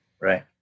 Right